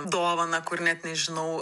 dovaną kur net nežinau